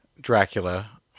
Dracula